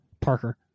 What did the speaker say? Parker